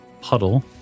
puddle